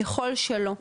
ככול שלא,